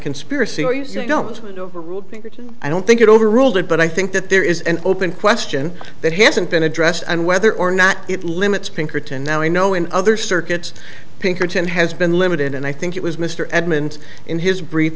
conspiracy where you don't know i don't think it over ruled it but i think that there is an open question that hasn't been addressed and whether or not it limits pinkerton now i know in other circuits pinkerton has been limited and i think it was mr edmund in his br